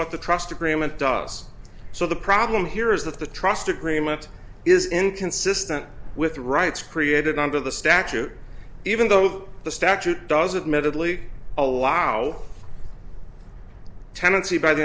what the trust agreement does so the problem here is that the trust agreement is inconsistent with rights created under the statute even though the statute doesn't medically allow tenancy by the